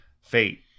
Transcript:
Fate